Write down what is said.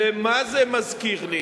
ומה זה מזכיר לי?